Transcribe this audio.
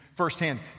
Firsthand